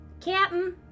Captain